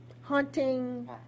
hunting